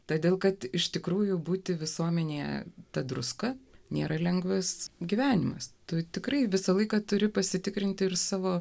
todėl kad iš tikrųjų būti visuomenėje ta druska nėra lengvas gyvenimas tu tikrai visą laiką turi pasitikrinti ir savo